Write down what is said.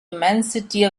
immensity